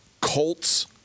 Colts